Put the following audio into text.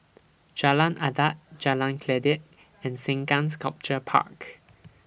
Jalan Adat Jalan Kledek and Sengkang Sculpture Park